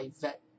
vet